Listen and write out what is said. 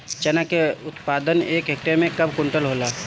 चना क उत्पादन एक हेक्टेयर में कव क्विंटल होला?